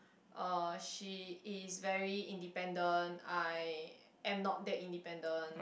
uh she is very independent I am not that independent